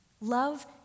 Love